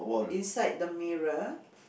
inside the mirror